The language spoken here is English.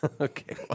Okay